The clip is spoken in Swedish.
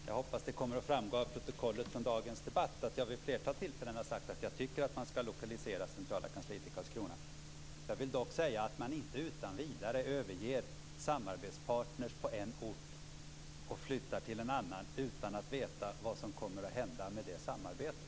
Herr talman! Jag hoppas att det kommer att framgå i protokollet från dagens debatt att jag vid ett flertal tillfällen har sagt att jag tycker att man skall lokalisera det centrala kansliet till Karlskrona. Jag vill dock säga att man inte utan vidare överger samarbetspartner på en ort och flyttar till en annan utan att veta vad som kommer att hända med samarbetet.